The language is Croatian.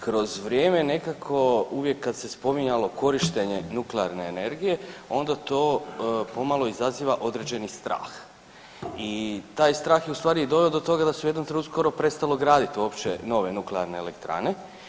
Kroz vrijeme nekako uvijek kad se spominjalo korištenje nuklearne energije onda to pomalo izaziva određeni strah i taj strah je doveo do toga da se u jednom trenutku skoro prestalo graditi uopće nove nuklearne elektrane.